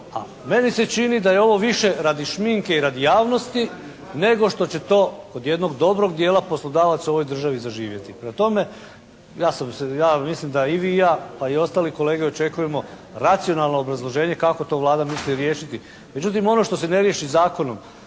A meni se čini da je ovo više radi šminke i radi javnosti nego što će to kod jednog dobrog dijela poslodavaca u ovoj državi zaživjeti. Prema tome ja sam se, ja mislim da i vi i ja, pa i ostali kolege očekujemo racionalno obrazloženje kako to Vlada misli riješiti. Međutim, ono što se ne riješi zakonom